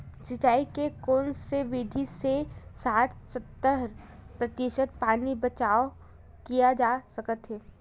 सिंचाई के कोन से विधि से साठ सत्तर प्रतिशत पानी बचाव किया जा सकत हे?